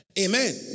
Amen